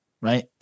right